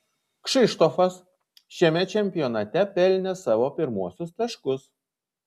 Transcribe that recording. kšištofas šiame čempionate pelnė savo pirmuosius taškus